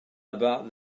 about